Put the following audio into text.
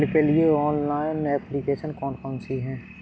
Bill के लिए online application कौन कौन सी हैं?